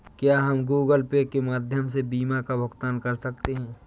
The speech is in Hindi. क्या हम गूगल पे के माध्यम से बीमा का भुगतान कर सकते हैं?